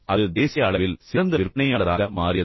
அது தேசிய அளவில் சிறந்த விற்பனையாளராக மாறியது